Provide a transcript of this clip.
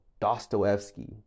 Dostoevsky